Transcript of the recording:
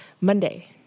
Monday